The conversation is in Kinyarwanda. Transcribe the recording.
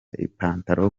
ipantalo